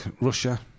Russia